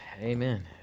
amen